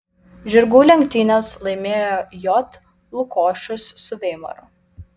žirgų lenktynes laimėjo j lukošius su veimaru